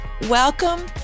Welcome